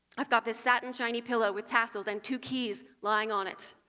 i've got this satin shiny pillow with tassels and two keys lying on it.